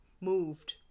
moved